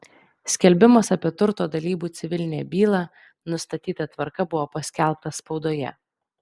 skelbimas apie turto dalybų civilinę bylą nustatyta tvarka buvo paskelbtas spaudoje